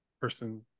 person